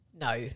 No